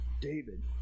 David